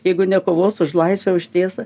jeigu nekovos už laisvę už tiesą